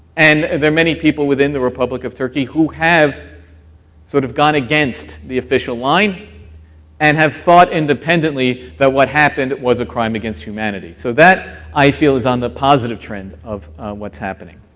and there are many people within the republic of turkey who have sort of gone against the official line and have thought independently that what happened was a crime against humanity. so that, i feel, is on the positive trend of what's happening.